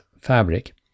fabric